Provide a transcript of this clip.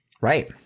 Right